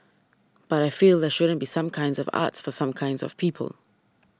but I feel there shouldn't be some kinds of arts for some kinds of people